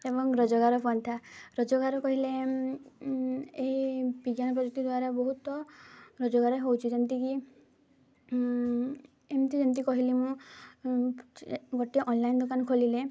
ଏବଂ ରୋଜଗାର ପନ୍ଥା ରୋଜଗାର କହିଲେ ଏହି ବିଜ୍ଞାନ ପ୍ରଯୁକ୍ତି ଦ୍ୱାରା ବହୁତ ରୋଜଗାର ହେଉଛି ଯେମିତିକି ଏମିତି ଯେମିତି କହିଲି ମୁଁ ଗୋଟିଏ ଅନଲାଇନ୍ ଦୋକାନ ଖୋଲିଲେ